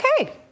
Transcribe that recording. Okay